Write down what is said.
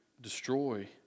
destroy